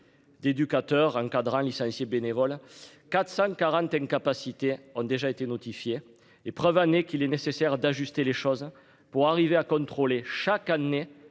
D'éducateurs encadrent licencié bénévoles 440 incapacité ont déjà été notifiées épreuve années qu'il est nécessaire d'ajuster les choses pour arriver à contrôler chaque année